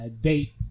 date